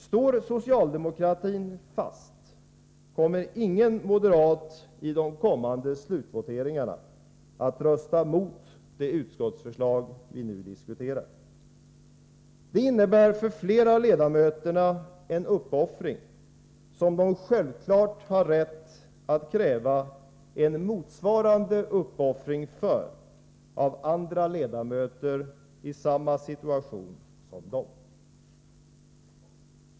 Står socialdemokraterna fast, kommer ingen moderat i de kommande beslutsvoteringarna att rösta mot de utskottsförslag som vi nu diskuterar. Det innebär för flera av ledamöterna en uppoffring, som de självfallet har rätt att kräva en motsvarande uppoffring för av andra ledamöter i samma situation som de.